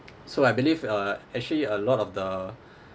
so I believe uh actually a lot of the